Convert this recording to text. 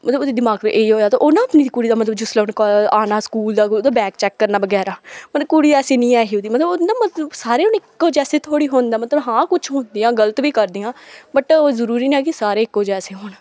मतलब ओह्दे दिमाग च इयो ऐ ते ओह् ना अपनी कुड़ी दा मतलब जिसले उ'न्नै आना स्कूल दा ओह्दा बैग चेक करना बगैरा ओह्दी कुड़ी ऐसी नेईं ही ओह्दी मतलब ओह् न मतलब सारे हून इक्को जैसे थोह्ड़ी होंदे मतलब हां कुछ होंदियां गलत बी करदियां बट जरूरी नेईं ऐ कि सारे इक्को जैसे होन